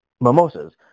mimosas